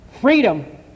freedom